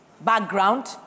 background